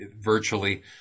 virtually